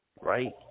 Right